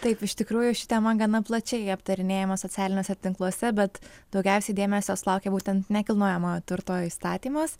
taip iš tikrųjų ši tema gana plačiai aptarinėjama socialiniuose tinkluose bet daugiausiai dėmesio sulaukia būtent nekilnojamojo turto įstatymas